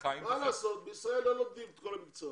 מה לעשות, בישראל לא לומדים את כל המקצועות האלה.